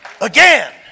Again